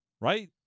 right